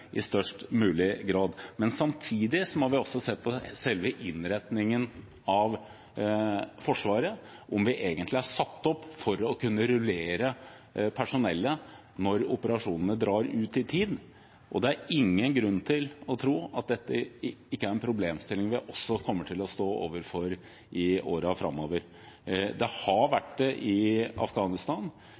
i størst mulig grad. Samtidig må man se på selve innretningen av Forsvaret – om det egentlig er satt opp for å kunne rullere personellet når operasjonene drar ut i tid. Det er ingen grunn til å tro at dette ikke er en problemstilling vi også kommer til å stå overfor i årene framover. Det har vært det i Afghanistan.